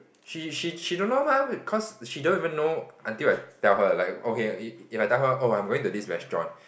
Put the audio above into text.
she she she don't know mah cause she don't even know until I tell her like okay if I tell her okay I'm going to this restaurant